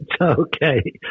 Okay